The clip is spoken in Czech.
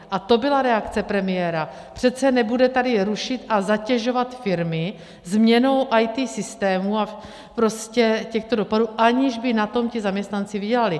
A to byla reakce premiéra, přece nebude tady rušit a zatěžovat firmy změnou IT systémů a těchto dopadů, aniž by na tom ti zaměstnanci vydělali.